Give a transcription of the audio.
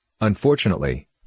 Unfortunately